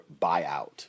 buyout